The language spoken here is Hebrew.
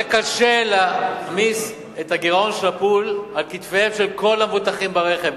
יהיה קשה להעמיס את הגירעון של "הפול" על כתפיהם של כל המבוטחים ברכב,